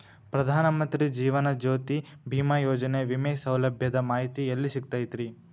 ಪ್ರಧಾನ ಮಂತ್ರಿ ಜೇವನ ಜ್ಯೋತಿ ಭೇಮಾಯೋಜನೆ ವಿಮೆ ಸೌಲಭ್ಯದ ಮಾಹಿತಿ ಎಲ್ಲಿ ಸಿಗತೈತ್ರಿ?